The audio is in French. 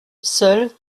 seule